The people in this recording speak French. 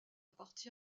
partie